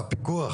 הפיקוח,